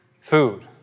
Food